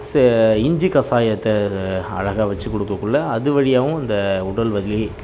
செ இஞ்சி கசாயத்தை அழகாக வெச்சு கொடுக்கக்குள்ள அது வழியாகவும் இந்த உடல் வலி